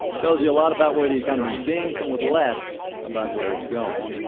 tells you a lot about where the economy's been somewhat less about where it's going.